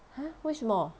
!huh! 为什么